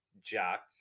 Jack